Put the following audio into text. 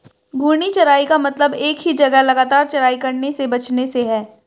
घूर्णी चराई का मतलब एक ही जगह लगातार चराई करने से बचने से है